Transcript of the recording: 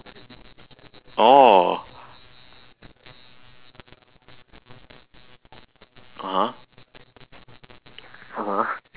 oh uh !huh! uh !huh!